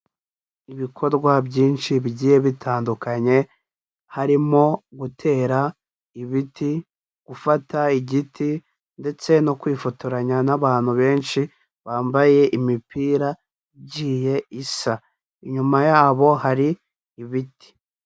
Ibikorwa byinshi bigiye bitandukanye harimo gutera ibiti, gufata igiti ndetse no kwifotoranya n'abantu benshi bambaye imipira igiye isa. Inyuma yabo hari ibiti.